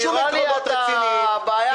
או עכשיו כשיש ועדות החוץ והביטחון והכספים,